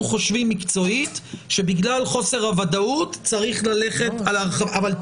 חושבים מקצועית שבגלל חוסר הוודאות צריך ללכת על הרחבה.